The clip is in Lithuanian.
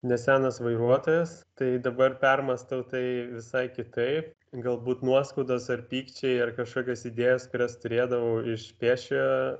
nesenas vairuotojas kai dabar permąstau tai visai kitaip galbūt nuoskaudos ar pykčiai ar kažkokios idėjos kurias turėdavau iš pėsčiojo